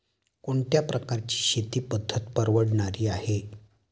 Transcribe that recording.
कोणत्या प्रकारची शेती पद्धत परवडणारी आहे?